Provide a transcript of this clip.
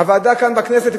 הוועדה כאן בכנסת,